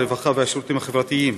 הרווחה והשירותים החברתיים,